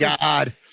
God